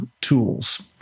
tools